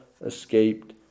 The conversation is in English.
escaped